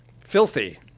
Filthy